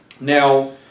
Now